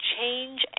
Change